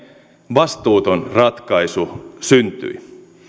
vastuuton ratkaisu syntyi